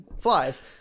flies